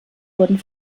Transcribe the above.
wurden